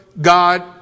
God